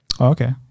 Okay